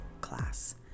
class